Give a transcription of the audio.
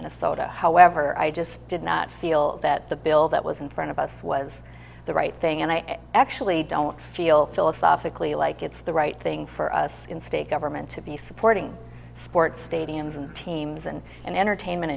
minnesota however i just did not feel that the bill that was in front of us was the right thing and i actually don't feel philosophically like it's the right thing for us in state government to be supporting sports stadiums and teams and in entertainment